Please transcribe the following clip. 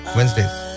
Wednesdays